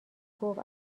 گفت